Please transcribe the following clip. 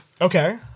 Okay